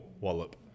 wallop